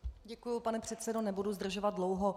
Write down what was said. Děkuji, pane předsedo, nebudu zdržovat dlouho.